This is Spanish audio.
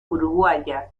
uruguaya